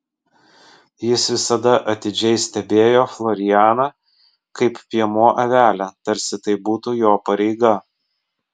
jis visada atidžiai stebėjo florianą kaip piemuo avelę tarsi tai būtų jo pareiga